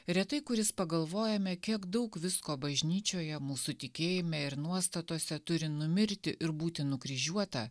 retai kuris pagalvojame kiek daug visko bažnyčioje mūsų tikėjime ir nuostatose turi numirti ir būti nukryžiuota